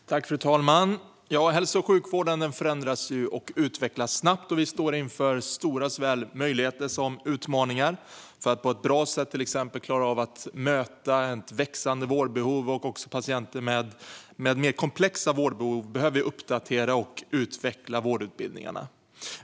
Bastjänstgöring för läkare Fru talman! Hälso och sjukvården förändras och utvecklas snabbt. Vi står inför såväl stora möjligheter som stora utmaningar. För att på ett bra sätt klara av att till exempel möta ett växande vårdbehov och patienter med mer komplexa vårdbehov behöver vi uppdatera och utveckla vårdutbildningarna.